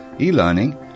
e-learning